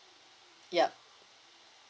yup